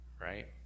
Right